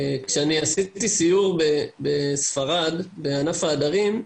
כשאני עשיתי סיור בספרד, בענף ההדרים,